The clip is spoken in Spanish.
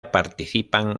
participan